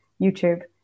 YouTube